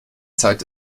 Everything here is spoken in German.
zeit